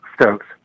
Stokes